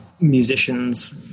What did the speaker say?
musicians